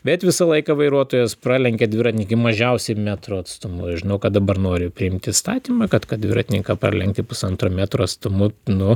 bet visą laiką vairuotojas pralenkia dviratininką mažiausiai metro atstumu žinau kad dabar nori priimti įstatymą kad kad dviratininką parlenkti pusantro metro atstumu nu